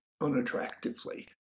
unattractively